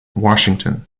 washington